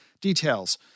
Details